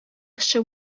кеше